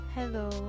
Hello